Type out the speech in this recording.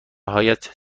هایت